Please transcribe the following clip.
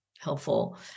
helpful